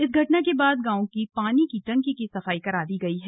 इस घटना के बाद गांव की पानी की टंकी की सफाई करा दी गई है